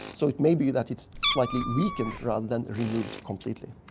so it may be that it's slightly weakened rather than removed completely.